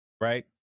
right